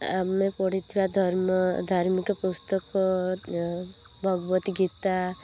ଆମେ ପଢ଼ିଥିବା ଧର୍ମ ଧାର୍ମିକ ପୁସ୍ତକ ଭାଗବତ ଗୀତା